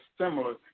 similar